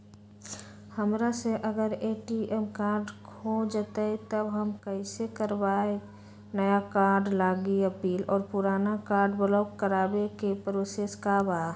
हमरा से अगर ए.टी.एम कार्ड खो जतई तब हम कईसे करवाई नया कार्ड लागी अपील और पुराना कार्ड ब्लॉक करावे के प्रोसेस का बा?